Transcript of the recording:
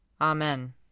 Amen